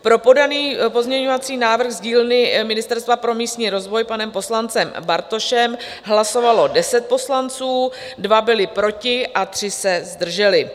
Pro podaný pozměňovací návrh z dílny Ministerstva pro místní rozvoj poslancem Bartošem hlasovalo 10 poslanců, 2 byli proti a 3 se zdrželi.